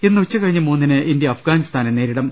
ഇന്ന് ഉച്ചകഴിഞ്ഞ് മൂന്നിന് ഇന്ത്യ അഫ്ഗാനിസ്ഥാനെ നേരിടും